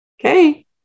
Okay